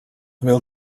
will